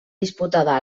disputada